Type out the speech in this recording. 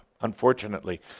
unfortunately